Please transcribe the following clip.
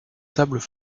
sables